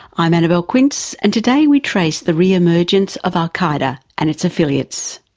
i'm annabelle quince, and today we trace the re-emergence of al qaeda and its affiliates.